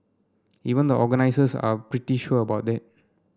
even the organisers are pretty sure about that